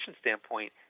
standpoint